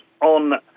on